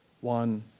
one